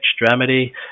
extremity